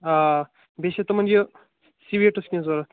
آ بیٚیہِ چھِ تِمن یہِ سٕویٖٹٕس کیٚنٛہہ ضروٗرت